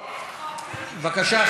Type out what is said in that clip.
בבקשה,